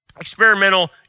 experimental